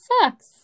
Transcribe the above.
sucks